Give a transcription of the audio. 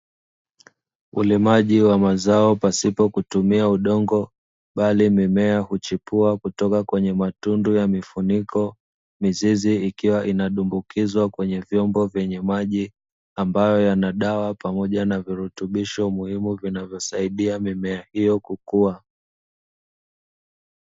Ulimaji wa mazao pasipo kutumia udongo bali mimea huchipua kutoka kwenye matundu ya mifuniko, mizizi ikiwa inadumbukizwa kwenye vyombo vyenye maji, ambayo yana dawa pamoja na virutubisho muhimu vinavyosaidia mimea hiyo kukua.